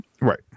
Right